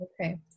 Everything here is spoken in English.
Okay